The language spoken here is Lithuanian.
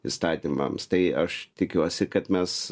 įstatymams tai aš tikiuosi kad mes